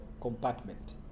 compartment